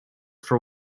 for